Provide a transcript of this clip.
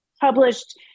published